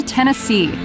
Tennessee